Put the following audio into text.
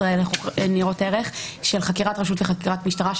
לחוק ניירות ערך של חקירת רשות לחקירת משטרה,